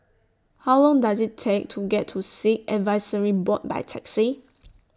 How Long Does IT Take to get to Sikh Advisory Board By Taxi